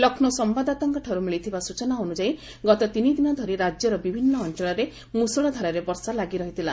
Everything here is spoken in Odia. ଲକ୍ଷ୍ମୌ ସମ୍ଭାଦଦାତାଙ୍କଠାରୁ ମିଳିଥିବା ସୂଚନା ଅନୁଯାୟୀ ଗତ ତିନିଦିନ ଧରି ରାଜ୍ୟର ବିଭିନ୍ନ ଅଞ୍ଚଳରେ ମୃଷଳଧାରାରେ ବର୍ଷା ଲାଗିରହିଥିଲା